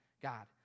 God